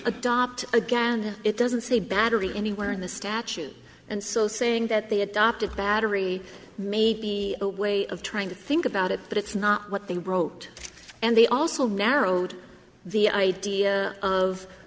adopt again it doesn't say battery anywhere in the statute and so saying that the adopted battery may be a way of trying to think about it but it's not what they wrote and they also now wrote the idea of